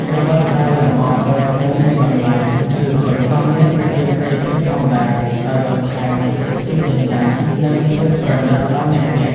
ក្រវិលដែលលម្អដោយត្បូងមានតម្លៃ ឬគុជ ក៏មានប្រជាប្រិយភាពផងដែរ ដោយបន្ថែមភាពភ្លឺចែងចាំង និងភាពប្រណីតដល់អ្នកពាក់។